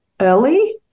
early